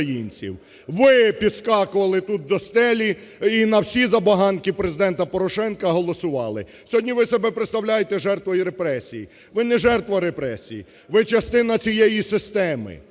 Ви підскакували тут до стелі і на всі забаганки Президента Порошенка голосували, сьогодні ви себе представляєте жертвою репресій, ви не жертва репресій, ви частина цієї системи